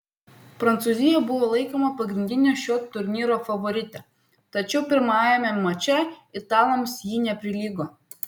prancūzija buvo laikoma pagrindine šio turnyro favorite tačiau pirmajame mače italams ji neprilygo